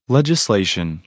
Legislation